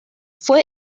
fue